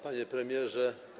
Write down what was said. Panie Premierze!